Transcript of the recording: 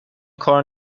کار